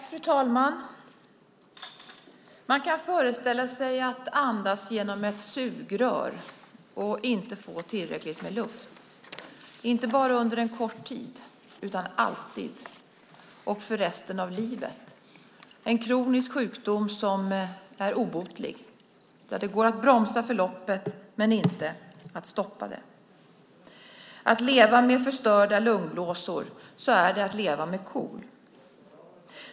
Fru talman! Man kan föreställa sig att man andas genom ett sugrör och inte får tillräckligt med luft, inte bara under en kort tid utan alltid och för resten av livet. KOL är en kronisk sjukdom som är obotlig. Det går att bromsa förloppet men inte att stoppa det. Man lever med förstörda lungblåsor. Så är det att leva med KOL.